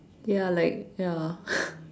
ya like ya